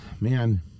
Man